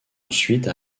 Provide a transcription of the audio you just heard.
ensuite